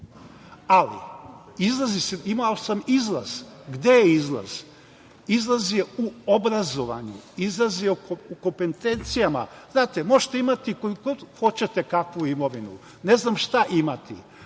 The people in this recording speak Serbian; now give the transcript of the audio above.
Ali, imao sam izlaz. Gde je izlaz? Izlaz je u obrazovanju, izlaz je u kompetencijama. Znate, možete imati koju god hoćete kakvu imovinu, ne znam šta imate,